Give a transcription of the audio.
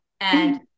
and-